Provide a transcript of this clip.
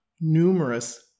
numerous